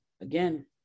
Again